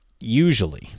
usually